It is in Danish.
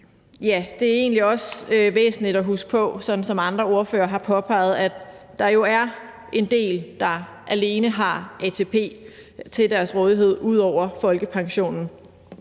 påpeget, egentlig også væsentligt at huske på, at der jo er en del, der alene har ATP til deres rådighed ud over folkepensionen.